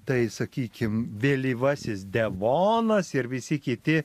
tai sakykim vėlyvasis devonas ir visi kiti